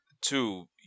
Two